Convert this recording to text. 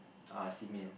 err cement